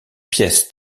pièce